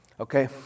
Okay